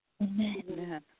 Amen